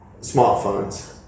Smartphones